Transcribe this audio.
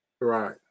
Right